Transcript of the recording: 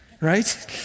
right